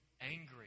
angry